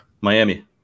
Miami